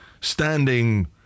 standing